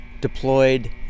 deployed